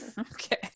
okay